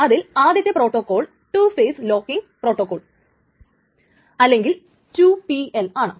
അതിൽ ആദ്യത്തെ protocol two phase locking protocol അല്ലെങ്കിൽ 2 PL ആണ്